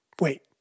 Wait